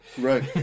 Right